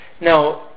Now